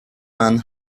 man